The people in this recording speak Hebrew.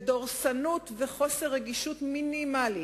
בדורסנות ובחוסר רגישות מינימלית,